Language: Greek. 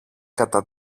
κατά